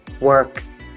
works